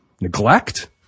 neglect